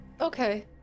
Okay